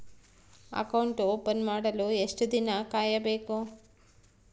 Account open ಮಾಡಲು ಎಷ್ಟು ದಿನ ಕಾಯಬೇಕು?